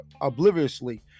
obliviously